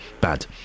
Bad